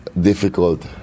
difficult